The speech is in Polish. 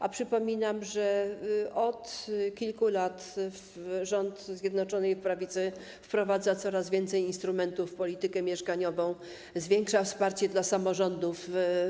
A przypominam, że od kilku lat rząd Zjednoczonej Prawicy wprowadza coraz więcej instrumentów w polityce mieszkaniowej, zwiększa wsparcie dla samorządów.